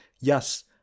yes